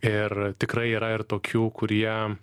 ir tikrai yra ir tokių kurie